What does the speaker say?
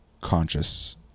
conscious